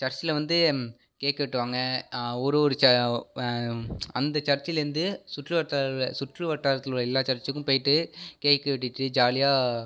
சர்ச்சில் வந்து கேக் வெட்டுவாங்க ஒரு ஒரு ச அந்த சர்ச்சுலேந்து சுற்று வட்டார சுற்றுவட்டாரத்தில் உள்ளே எல்லா சர்ச்சுக்கு போயிட்டு கேக்கு வெட்டிகிட்டு ஜாலியாக